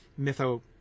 mytho